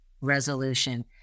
Resolution